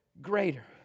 greater